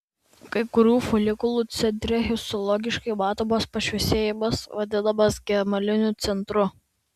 kai kurių folikulų centre histologiškai matomas pašviesėjimas vadinamas gemaliniu centru